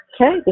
Okay